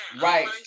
right